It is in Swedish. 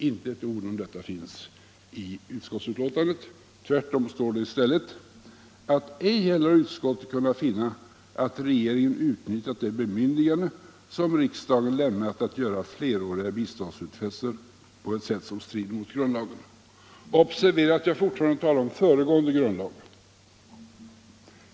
Inte ett ord om detta finns i utskottsbetänkandet! Tvärtom står det i betänkandet: ”Ej heller har utskottet kunnat finna att regeringen utnyttjat det bemyndigande som riksdagen lämnat att göra fleråriga biståndsutfästelser på ett sätt som strider mot grundlagen.” Observera att jag fortfarande talar om föregående grundlag.